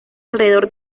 alrededor